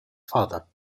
father